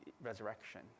resurrection